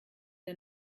der